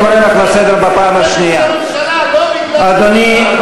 למדינה לא יעודדו את הקמים נגדה ואת אלה המבקשים להרוג את חייליה,